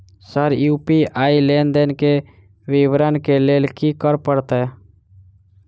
Sir UPI लेनदेन केँ विवरण केँ लेल की करऽ परतै?